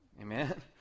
Amen